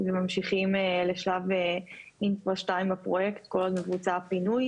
וממשיכים לשלב אינפרה 2 בפרויקט כל עוד מבוצע הפינוי.